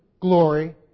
glory